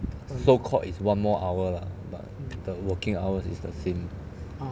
so called is one more hour lah but the working hours is the same